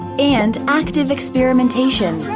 and active experimentation.